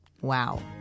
Wow